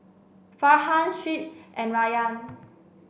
Farhan Shuib and Rayyan